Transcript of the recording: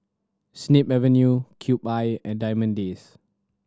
Snip Avenue Cube I and Diamond Days